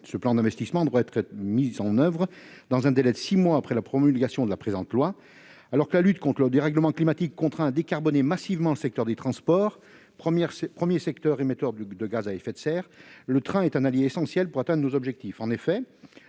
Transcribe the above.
Ce plan d'investissement devra être mis en oeuvre dans un délai de six mois après la promulgation de la présente loi. Alors que la lutte contre le dérèglement climatique contraint à décarboner massivement le secteur des transports, premier émetteur de gaz à effet de serre, le train est un allié essentiel pour atteindre nos objectifs.